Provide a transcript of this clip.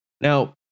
Now